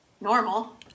normal